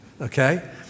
Okay